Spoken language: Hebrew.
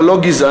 אבל לא גזעני.